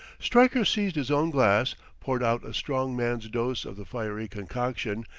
stryker seized his own glass, poured out a strong man's dose of the fiery concoction,